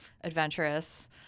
adventurous